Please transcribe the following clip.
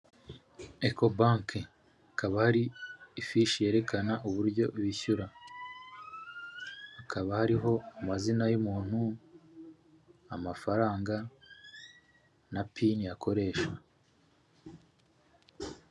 Ecobank hakaba hari ifishi yerekana uburyo bishyura, hakaba hariho amazina y'umuntu, amafaranga na pini akoresha.